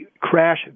crash